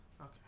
Okay